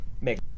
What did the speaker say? make